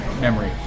memory